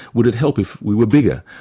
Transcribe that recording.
would it help if we were bigger,